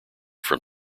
from